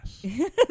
Yes